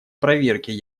проверке